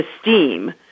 esteem